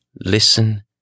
listen